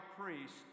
priest